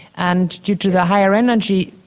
and due to the higher energy,